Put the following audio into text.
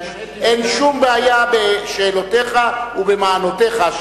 אין שום בעיה בשאלותיך ובמענותיך.